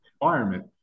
environment